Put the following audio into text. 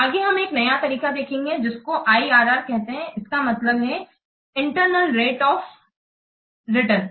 आगे हम एक नया तरीका देखेंगे जिसको IRR कहते हैं इसका मतलब है इंटरनल रेट आफ रिटर्न